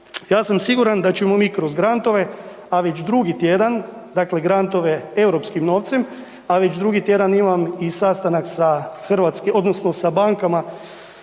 Ja sam siguran da ćemo mi grantove, a već drugi tjedan dakle grantove europskim novcem, a već drugi tjedan imam i sastanak sa hrvatskim odnosno sa bankama